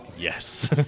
yes